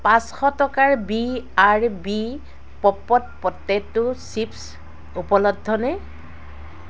পাঁচশ টকাৰ B R B popped potato chips উপলব্ধনে